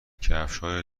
کفشهای